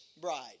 bride